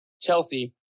Chelsea